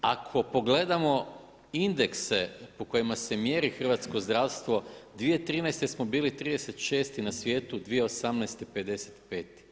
Ako pogledamo indekse po kojima se mjeri hrvatsko zdravstvo 2013. smo bili 36 na svijetu, 2018. 55.